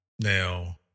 Now